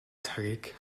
цагийг